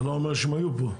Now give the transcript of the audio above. זה לא אומר שהם היו פה.